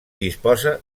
disposa